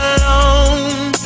alone